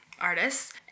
artists